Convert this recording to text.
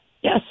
Yes